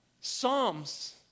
psalms